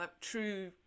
true